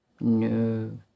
No